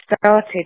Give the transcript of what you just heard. started